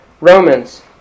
Romans